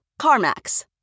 CarMax